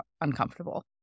uncomfortable